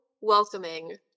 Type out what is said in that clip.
welcoming